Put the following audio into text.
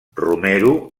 romero